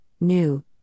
new